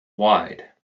wide